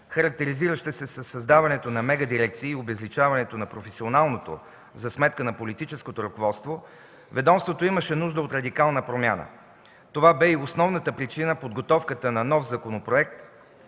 характеризираща се със създаването на мегадирекции и обезличаването на професионалното за сметка на политическото ръководство, ведомството имаше нужда от радикална промяна. Това бе и основната причина подготовката на нов законопроект